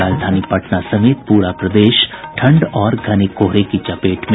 और राजधानी पटना समेत पूरा प्रदेश ठंड और घने कोहरे की चपेट में